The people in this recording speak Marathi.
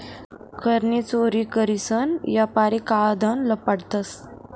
कर नी चोरी करीसन यापारी काळं धन लपाडतंस